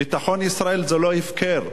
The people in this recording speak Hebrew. ביטחון ישראל זה לא הפקר.